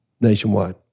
Nationwide